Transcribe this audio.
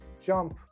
jump